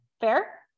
Fair